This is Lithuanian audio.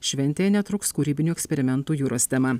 šventėje netrūks kūrybinių eksperimentų jūros tema